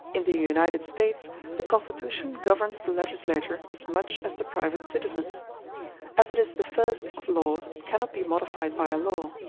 in the united states the constitution governs the legislator as much as the private citizen as it is the first of laws it cannot be modified by a law,